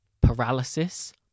paralysis